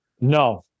No